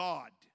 God